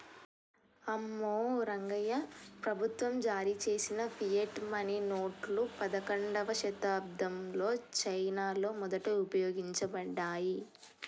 అమ్మో రంగాయ్యా, ప్రభుత్వం జారీ చేసిన ఫియట్ మనీ నోట్లు పదకండవ శతాబ్దంలో చైనాలో మొదట ఉపయోగించబడ్డాయి